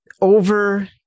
Over